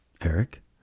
Eric